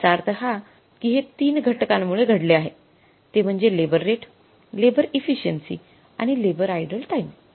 याचा अर्थ हा कि हे ३ घटकांमुळे घडले आहे ते म्हणजे लेबर रेट लेबर इफिसिएन्सी आणि लेबर आइडल टाईम